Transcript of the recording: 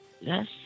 yes